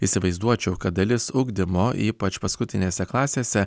įsivaizduočiau kad dalis ugdymo ypač paskutinėse klasėse